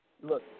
look